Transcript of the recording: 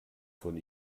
von